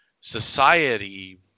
society